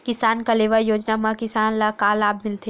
किसान कलेवा योजना म किसान ल का लाभ मिलथे?